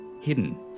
hidden